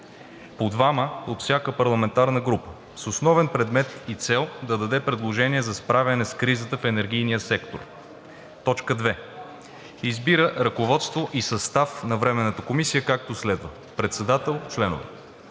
по двама от всяка парламентарна група, с основен предмет и цел да даде предложения за справяне с кризата в енергийния сектор. 2. Избира ръководство и състав на Временната комисия, както следва: Председател: … Членове: